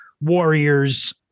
Warriors